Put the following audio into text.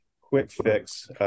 quick-fix